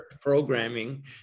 programming